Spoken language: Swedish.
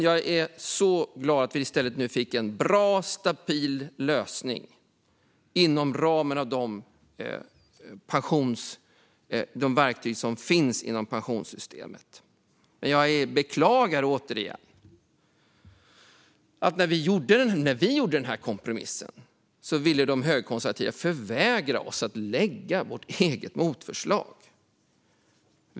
Jag är glad att vi i stället nu fick en bra stabil lösning inom ramen för de verktyg som finns inom pensionssystemet. Men jag beklagar, återigen, att när vi hade nått den här kompromissen ville de högerkonservativa förvägra oss att lägga fram vårt eget motförslag.